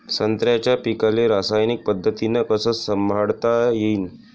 संत्र्याच्या पीकाले रासायनिक पद्धतीनं कस संभाळता येईन?